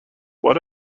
what